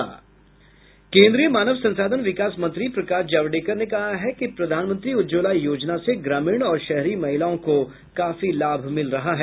केन्द्रीय मानव संसाधन विकास मंत्री प्रकाश जावड़ेकर ने कहा है कि प्रधानमंत्री उज्ज्वला योजना से ग्रामीण और शहरी महिलाओं को काफी लाभ मिल रहा है